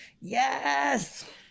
Yes